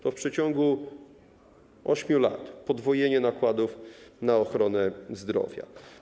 To w ciągu 8 lat podwojenie nakładów na ochronę zdrowia.